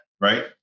right